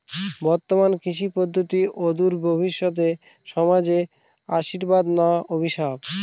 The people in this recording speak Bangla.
বর্তমান কৃষি পদ্ধতি অদূর ভবিষ্যতে সমাজে আশীর্বাদ না অভিশাপ?